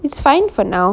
it's fine for now